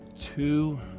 two